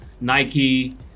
Nike